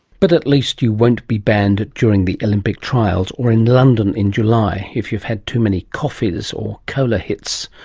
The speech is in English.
but at least you won't be banned during the olympic trials or in london in july, if you've had too many coffees or cola hits.